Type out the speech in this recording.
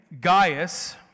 Gaius